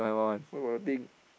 where got the thing